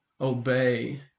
obey